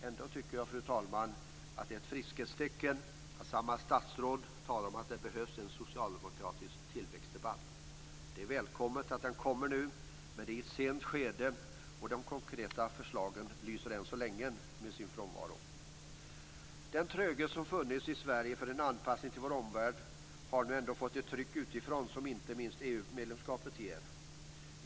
Ändå tycker jag, fru talman, att det är ett friskhetstecken att samma statsråd talar om att det behövs en socialdemokratisk tillväxtdebatt. Det är välkommet, men det är i ett sent skede. Än så länge lyser de konkreta förlagen med sin frånvaro. Den tröghet som funnits i Sverige för en anpassning till vår omvärld har nu fått ett tryck utifrån som inte minst EU-medlemskapet ger.